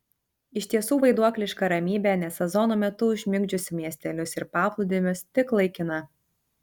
iš tiesų vaiduokliška ramybė ne sezono metu užmigdžiusi miestelius ir paplūdimius tik laikina